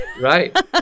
right